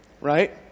right